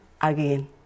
again